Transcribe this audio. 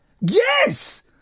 Yes